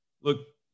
look